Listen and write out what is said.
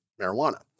marijuana